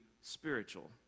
spiritual